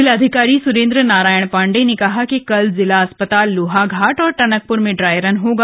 जिलाधिकारी सुरेन्द्र नारायण पांडे ने कहा कि कल जिला अस्पताल लोहा ाट और टनकप्र में ड्राईरन होगा